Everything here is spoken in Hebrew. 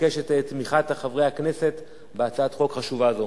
אבקש את תמיכת חברי הכנסת בהצעת חוק חשובה זאת.